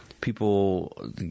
people